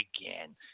again